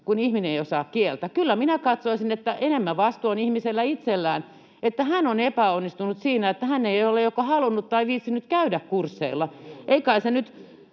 kun ihminen ei osaa kieltä. Kyllä minä katsoisin, että enemmän vastuu on ihmisellä itsellään, että hän on epäonnistunut siinä, että hän ei ole joko halunnut tai viitsinyt käydä kursseilla.